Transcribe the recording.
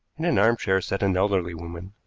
in an armchair sat an elderly woman,